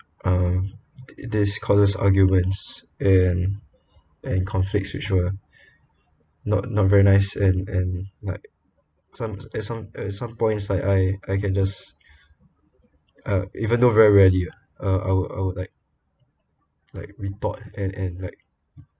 um this causes arguments and and conflicts which were not not very nice and and my some at some at some points like I I can just uh even though very rarely lah uh I would I would like like retort and and like